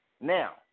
Now